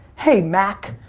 hey, mack.